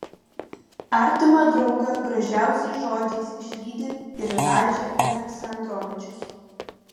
artimą draugą gražiausiais žodžiais išlydi ir radži aleksandrovičius